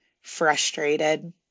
frustrated